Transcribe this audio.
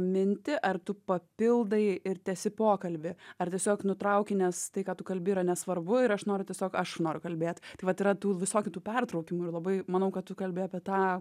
mintį ar tu papildai ir tęsi pokalbį ar tiesiog nutrauki nes tai ką tu kalbi yra nesvarbu ir aš noriu tiesiog aš noriu kalbėt vat yra tų visokių tų pertraukimų ir labai manau kad tu kalbi apie tą